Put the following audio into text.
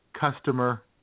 Customer